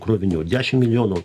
krovinių dešim milijonų